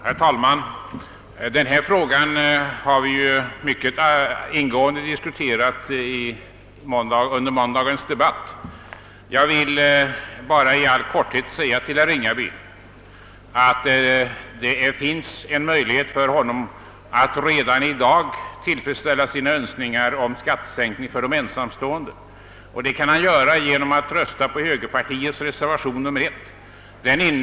Herr talman! Denna fråga diskuterade vi mycket ingående under måndagens debatt. Jag vill bara i all korthet säga till herr Ringaby, att det finns en möjlighet för honom att i dag tillfredsställa sina önskningar om skattesänkningar för ensamstående. Det kan han göra genom att rösta för reservationen I, som framburits av högerpartiets ledamöter i bevillningsutskottet.